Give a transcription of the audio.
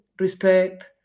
respect